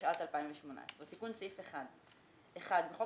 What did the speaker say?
התשע"ט 2018‏ תיקון סעיף 1 1. בחוק